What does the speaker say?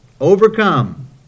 Overcome